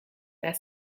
their